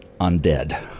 undead